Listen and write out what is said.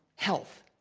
health,